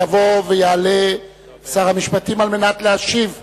יבוא ויעלה שר המשפטים על מנת להשיב על